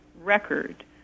record